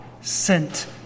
sent